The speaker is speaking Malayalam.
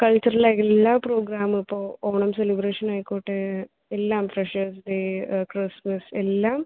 കൾച്ചുറല എല്ലാ പ്രോഗ്രാമും ഇപ്പോൾ ഓണം സെലിബ്രേഷൻ ആയിക്കോട്ടെ എല്ലാം ഫ്രഷേഴ്സ് ഡേ ക്രിസ്മസ് എല്ലാം